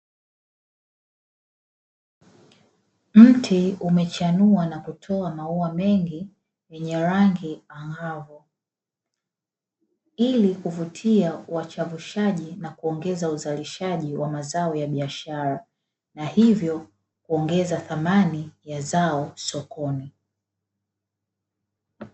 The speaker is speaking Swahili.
Mti umechanua na kutoa maua mengi yenye rangi angavu ili kuvutia wachavushaji na kuongeza uzalishaji wa mazao ya biashara na hivyo kuongeza thamani ya zao sokoni.